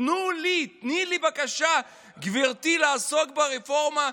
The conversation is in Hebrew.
תני לי בבקשה, גברתי, לעסוק ברפורמה,